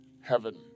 heaven